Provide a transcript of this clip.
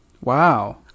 Wow